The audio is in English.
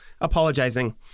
apologizing